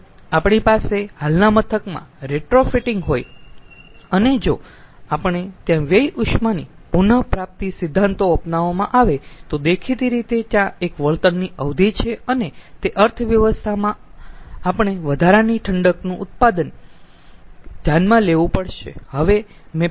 જો આપણી પાસે હાલના મથકમાં રિટ્રોફિટિંગ હોય અને જો આપણે ત્યાં વ્યય ઉષ્માની પુન પ્રાપ્તિ સિદ્ધાંતો અપનાવવામાં આવે તો દેખીતી રીતે ત્યાં એક વળતરની અવધિ છે અને તે અર્થવ્યવસ્થામાં આપણે વધારાની ઠંડકનું ઉત્પાદન ધ્યાનમાં લેવું પડશે